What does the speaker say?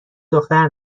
دختر